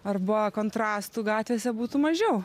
arba kontrastų gatvėse būtų mažiau